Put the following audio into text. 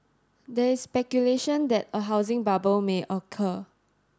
there is speculation that a housing bubble may occur